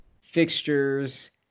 fixtures